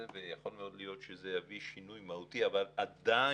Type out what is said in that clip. ויכול מאוד להיות שזה יביא שינוי מהותי אבל עדיין